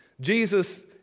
Jesus